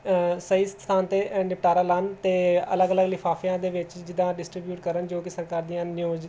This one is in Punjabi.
ਸਹੀ ਸਥਾਨ 'ਤੇ ਨਿਪਟਾਰਾ ਲਾਨ ਅਤੇ ਅਲੱਗ ਅਲੱਗ ਲਿਫਾਫਿਆਂ ਦੇ ਵਿੱਚ ਜਿੱਦਾਂ ਡਿਸਟਰੀਬਿਊਟ ਕਰਨ ਜੋ ਕਿ ਸਰਕਾਰ ਦੀਆਂ ਨਿਊਜ਼